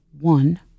one